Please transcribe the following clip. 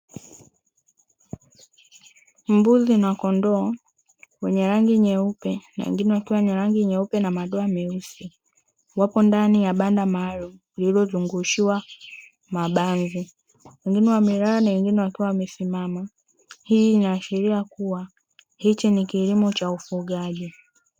Mbuzi na kondoo wenye rangi nyeupe na wengine wakiwa na rangi nyeupe na madoa meusi, wapo ndani ya banda maalumu lililo zungushiwa mabanzi. Wengine wamelala na wengine wakiwa wamesimama, hii ina ashiria kuwa hiki ni kilimo cha ufugaji.